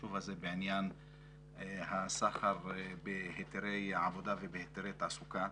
החשוב הזה בעניין הסחר בהיתרי העבודה ובהיתרי תעסוקה.